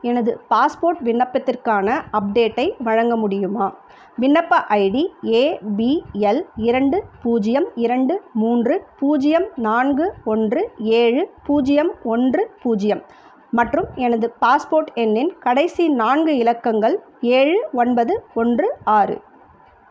எனது பாஸ்போர்ட் விண்ணப்பத்திற்கான அப்டேட்டை வழங்க முடியுமா விண்ணப்ப ஐடி ஏ பி எல் இரண்டு பூஜ்ஜியம் இரண்டு மூன்று பூஜ்ஜியம் நான்கு ஒன்று ஏழு பூஜ்ஜியம் ஒன்று பூஜ்ஜியம் மற்றும் எனது பாஸ்போர்ட் எண்ணின் கடைசி நான்கு இலக்கங்கள் ஏழு ஒன்பது ஒன்று ஆறு